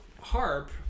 Harp